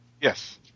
Yes